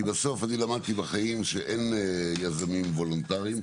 כי בסוף, אני למדתי בחיים שאין יזמים וולונטריים,